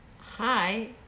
Hi